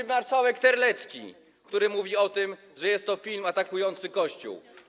Marszałek Terlecki mówi o tym, że jest to film atakujący Kościół.